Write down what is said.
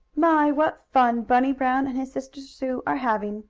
my! what fun bunny brown and his sister sue are having!